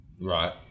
Right